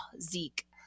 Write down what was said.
Zeke